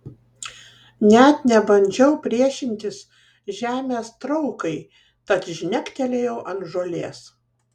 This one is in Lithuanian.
net nebandžiau priešintis žemės traukai tad žnektelėjau ant žolės